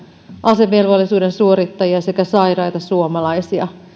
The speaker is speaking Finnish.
asevelvollisuuden suorittajia sekä sairaita suomalaisia